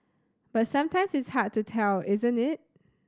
but sometimes it's hard to tell isn't it